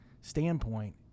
standpoint